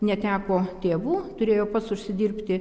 neteko tėvų turėjo pats užsidirbti